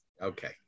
Okay